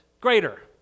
greater